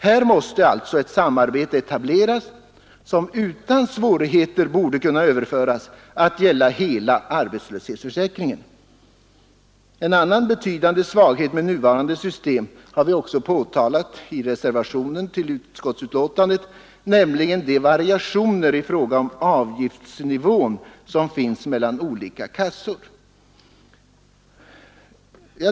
Här måste alltså ett samarbete etableras, som utan svårigheter borde kunna överföras att gälla hela arbetslöshetsförsäkringen. En annan betydande svaghet med nuvarande system har vi också påtalat i reservationen 1, nämligen de variationer i fråga om avgiftsnivån som finns mellan olika kassor.